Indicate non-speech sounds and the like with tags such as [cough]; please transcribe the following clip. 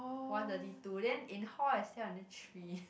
one thirty two then in hall I stay until three [laughs]